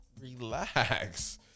relax